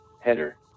Header